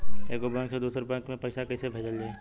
एगो बैक से दूसरा बैक मे पैसा कइसे भेजल जाई?